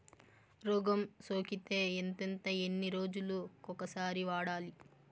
రోగం సోకితే ఎంతెంత ఎన్ని రోజులు కొక సారి వాడాలి?